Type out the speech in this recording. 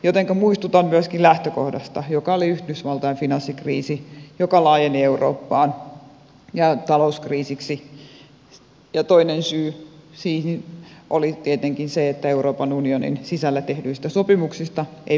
muistutan myöskin lähtökohdasta joka oli yhdysvaltain finanssikriisi joka laajeni eurooppaan ja talouskriisiksi ja toinen syy siihen oli tietenkin se että euroopan unionin sisällä tehdyistä sopimuksista ei pidetty kiinni